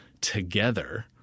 together –